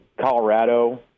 Colorado